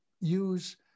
use